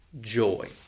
joy